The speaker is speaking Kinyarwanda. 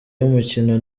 y’umukino